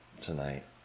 tonight